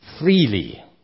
freely